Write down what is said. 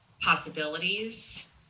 possibilities